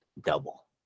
Double